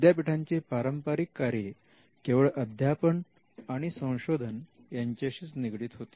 विद्यापीठांची पारंपारिक कार्ये केवळ अध्यापन आणि संशोधन यांच्याशीच निगडीत होती